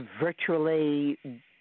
virtually